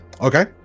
Okay